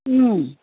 ꯎꯝ